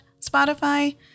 Spotify